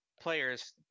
players